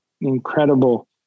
incredible